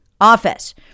office